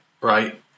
Right